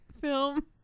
film